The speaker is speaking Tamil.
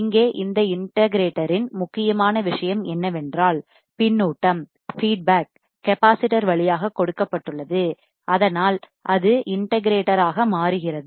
இங்கே இந்த இன்ட்ட கிரேட்ட்டர் இன் முக்கியமான விஷயம் என்னவென்றால் பின்னூட்டம் பீட் பேக் கெப்பாசிட்டர் வழியாக கொடுக்கப்பட்டுள்ளது அதனால் அது இன்ட்டகிரேட்ட்டர் ஆக மாறுகிறது